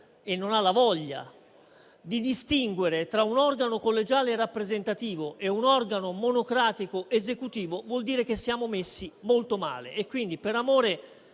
e non ha la voglia di distinguere tra un organo collegiale rappresentativo e un organo monocratico esecutivo vuol dire che siamo messi molto male e, quindi, per amore